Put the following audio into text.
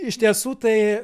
iš tiesų tai